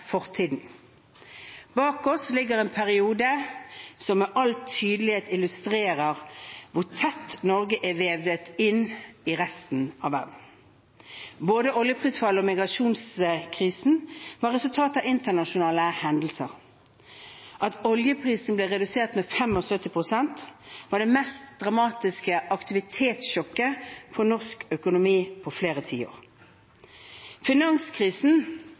Bak oss ligger en periode som med all tydelighet illustrerer hvor tett Norge er vevet inn i resten av verden. Både oljeprisfallet og migrasjonskrisen var resultat av internasjonale hendelser. At oljeprisen ble redusert med 75 pst., var det mest dramatiske aktivitetssjokket for norsk økonomi på flere tiår. Finanskrisen